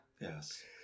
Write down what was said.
Yes